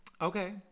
Okay